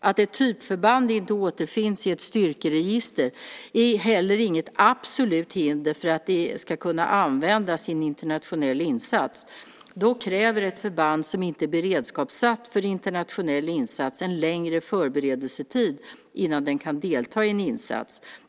Att ett typförband inte återfinns i ett styrkeregister är heller inget absolut hinder för att det ska kunna användas i en internationell insats. Dock kräver ett förband som inte är beredskapssatt för internationell insats en längre förberedelsetid innan det kan delta i en insats.